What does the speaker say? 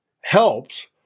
helps